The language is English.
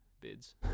bids